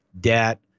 debt